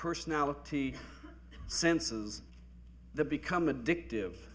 personality senses the become addictive